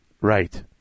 right